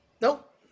nope